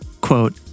quote